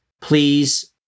please